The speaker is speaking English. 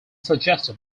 suggested